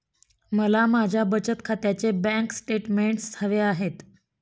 मला माझ्या बचत खात्याचे बँक स्टेटमेंट्स हवे आहेत